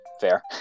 Fair